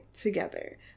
together